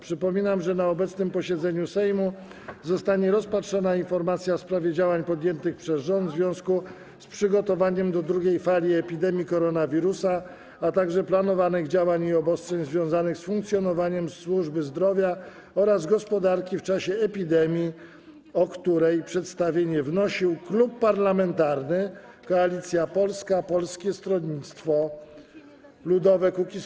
Przypominam, że na obecnym posiedzeniu Sejmu zostanie rozpatrzona informacja w sprawie działań podjętych przez rząd w związku z przygotowaniem do drugiej fali epidemii koronawirusa, a także planowanych działań i obostrzeń związanych z funkcjonowaniem służby zdrowia oraz gospodarki w czasie epidemii, o której przedstawienie wnosił Klub Parlamentarny Koalicja Polska - Polskie Stronnictwo Ludowe - Kukiz15.